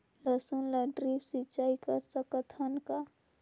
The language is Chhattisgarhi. लसुन ल ड्रिप सिंचाई कर सकत हन का?